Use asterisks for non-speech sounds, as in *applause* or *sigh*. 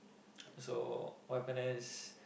*noise* so what happen is